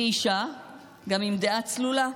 אני אישה גם עם דעה צלולה.